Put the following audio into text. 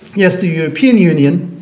yes the european union